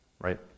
right